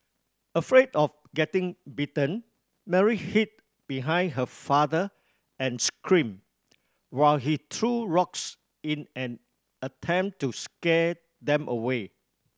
afraid of getting bitten Mary hid behind her father and scream while he threw rocks in an attempt to scare them away